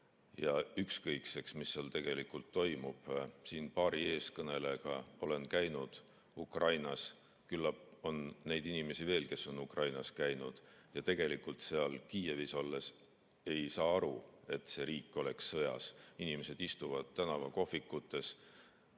suhtes, mis seal tegelikult toimub. Siin paari eeskõnelejaga olen käinud Ukrainas. Küllap on neid inimesi veel, kes on Ukrainas käinud. Tegelikult seal Kiievis olles ei saa aru, et see riik oleks sõjas. Inimesed istuvad tänavakohvikutes,